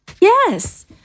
Yes